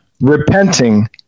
repenting